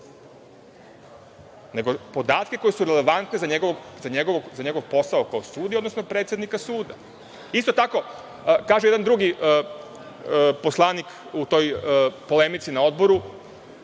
nego podatke koji su relevantni za njegov posao kao sudije, odnosno predsednika suda. Isto tako, kaže jedan drugi poslanik u toj polemici na odboru,